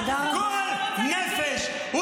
גועל נפש.